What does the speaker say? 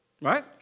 right